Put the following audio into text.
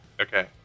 Okay